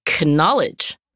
knowledge